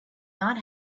not